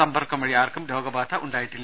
സമ്പർക്കം വഴി ആർക്കും രോഗബാധ ഉണ്ടായിട്ടില്ല